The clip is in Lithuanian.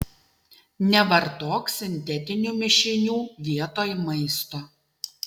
nevartok sintetinių mišinių vietoj maisto